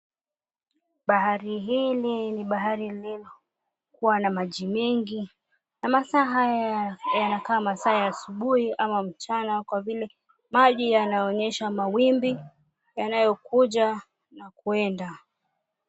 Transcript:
Bahari hili ni bahari lililokuwa na maji mengi na masaahaya yanakaa masaa ya asubuhi ama mchana kwa vile maji yanaonyesha mawimbi yanayokuja na kuenda.